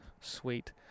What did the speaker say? sweet